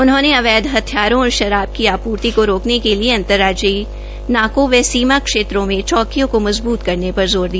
उन्होंने अवैध हथियारों और शराब की आपूर्ति को रोकने के लिए अंतर्राज्यीय नाकों व सीमा क्षेत्र में चौंकियो को मजबूत करने पर जोर दिया